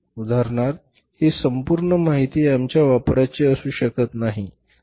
उदाहरणार्थ ही संपूर्ण माहिती आमच्या वापराची असू शकत नाही बरोबर